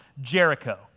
Jericho